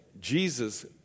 Jesus